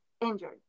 injured